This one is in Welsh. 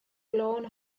lôn